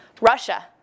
Russia